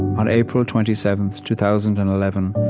on april twenty seventh, two thousand and eleven,